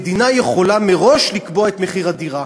המדינה יכולה מראש לקבוע את מחיר הדירה.